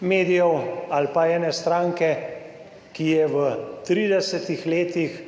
medijev ali pa ene stranke, ki je v 30 letih